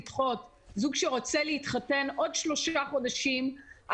זכאי לחוק זה והמפעיל לא שילם את הסכום חודש מיום